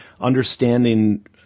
understanding